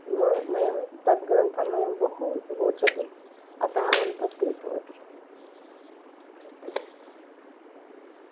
म मह्यं तद् ग्रन्थः मह्यं बहु रोचते अतः अहं तत् क्रीतवती